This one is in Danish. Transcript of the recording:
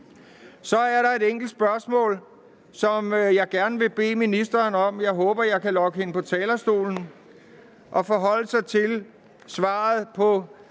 Så er der et enkelt spørgsmål, som jeg gerne vil bede ministeren om at forholde sig til – jeg håber, jeg kan lokke hende på talerstolen – og altså svare på